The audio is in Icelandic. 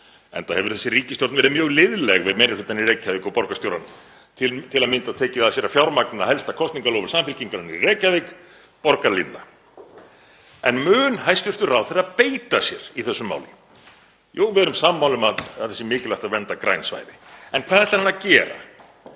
enda hefur þessi ríkisstjórn verið mjög liðleg við meiri hlutann í Reykjavík og borgarstjórann, til að mynda tekið að sér að fjármagna helsta kosningaloforð Samfylkingarinnar í Reykjavík, borgarlínuna. En mun hæstv. ráðherra beita sér í þessu máli? Jú, við erum sammála um að það sé mikilvægt að vernda græn svæði. En hvað ætlar hann að gera?